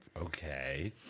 Okay